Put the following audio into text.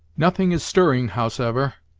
nothing is stirring, howsever,